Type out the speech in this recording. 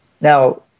Now